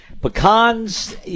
Pecans